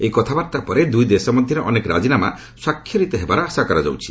ଏହି କଥାବାର୍ତ୍ତା ପରେ ଦୁଇ ଦେଶ ମଧ୍ୟରେ ଅନେକ ରାଜିନାମା ସ୍ୱାକ୍ଷରିତ ହେବାର ଆଶା କରାଯାଉଛି